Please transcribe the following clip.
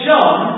John